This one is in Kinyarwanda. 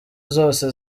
zose